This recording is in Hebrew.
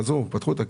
הם חזרו לשם.